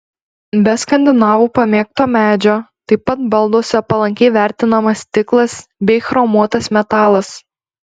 be skandinavų pamėgto medžio taip pat balduose palankiai vertinamas stiklas bei chromuotas metalas